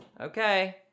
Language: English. Okay